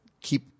keep